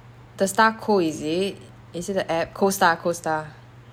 the star co is it is it the app co star co star